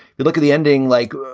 you look at the ending like,